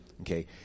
Okay